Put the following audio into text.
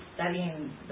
studying